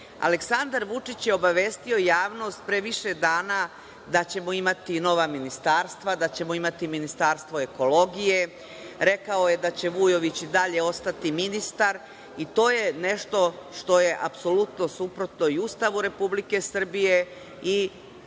Vučić. Aleksandar Vučić je obavestio javnost pre više dana da ćemo imati nova ministarstva, da ćemo imati ministarstvo ekologije. Rekao je da će Vujović dalje ostati ministar i to je nešto što je apsolutno suprotno i Ustavu Republike Srbije i